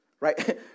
right